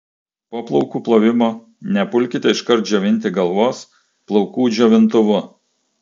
po plaukų plovimo nepulkite iškart džiovinti galvos plaukų džiovintuvu